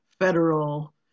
federal